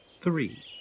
Three